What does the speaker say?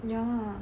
ya